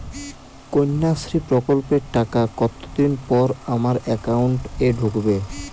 কন্যাশ্রী প্রকল্পের টাকা কতদিন পর আমার অ্যাকাউন্ট এ ঢুকবে?